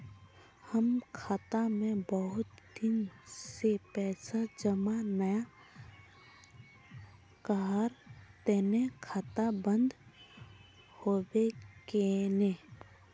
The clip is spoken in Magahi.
हम खाता में बहुत दिन से पैसा जमा नय कहार तने खाता बंद होबे केने?